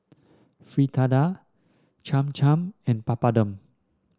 Fritada Cham Cham and Papadum